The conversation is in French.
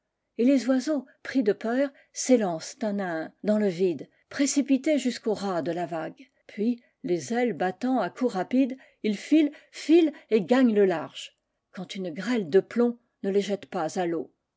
et les oiseaux pris de peur s'élancent un à un dans le vide précipités jusqu'au ras de la vague puis les ailes battant à coups rapides ils filent filent et gagnent le large quand une grêle de plombs ne les jette pas à l eau